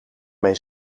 mijn